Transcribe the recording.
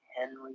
Henry